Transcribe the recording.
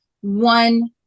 one